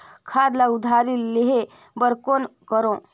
खाद ल उधारी लेहे बर कौन करव?